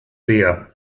leer